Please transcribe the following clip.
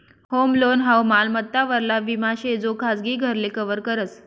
home loan हाऊ मालमत्ता वरला विमा शे जो खाजगी घरले कव्हर करस